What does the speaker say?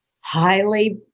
highly